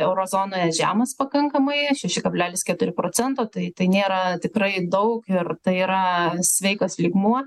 euro zonoje žemas pakankamai šeši kablelis keturi procento tai tai nėra tikrai daug ir tai yra sveikas lygmuo